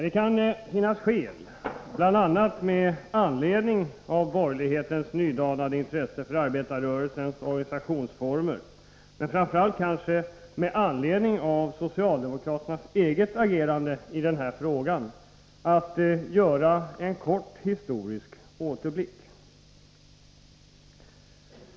Det kan finnas skäl, bl.a. med anledning av borgerlighetens nydanade intresse för arbetarrörelsens organisationsformer, men framför allt kanske med anledning av socialdemokraternas eget agerande i denna fråga, att göra en kort historisk återblick.